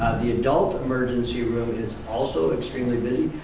the adult emergency room is also extremely busy.